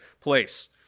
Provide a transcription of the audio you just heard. place